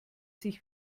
sich